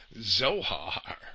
Zohar